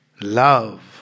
love